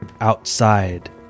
outside